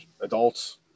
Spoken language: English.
adults